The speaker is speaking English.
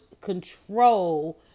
control